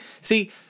See